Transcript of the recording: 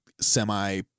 semi